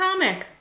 comic